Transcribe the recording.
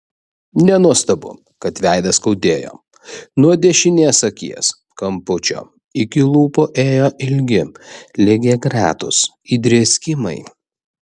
nenuostabu kad veidą skaudėjo nuo dešinės akies kampučio iki lūpų ėjo ilgi lygiagretūs įdrėskimai